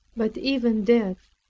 but even death,